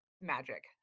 magic